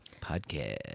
podcast